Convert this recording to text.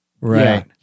Right